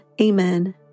Amen